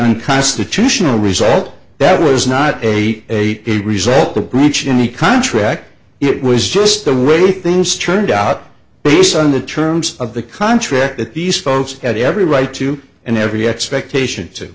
unconstitutional result that was not a a a result the breach in the contract it was just the way things turned out based on the terms of the contract that these folks had every right to and every expectation